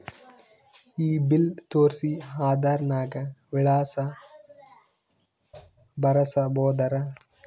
ಈ ಬಿಲ್ ತೋಸ್ರಿ ಆಧಾರ ನಾಗ ವಿಳಾಸ ಬರಸಬೋದರ?